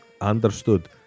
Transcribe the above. Understood